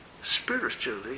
spiritually